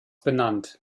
benannt